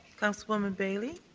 councilwoman bailey.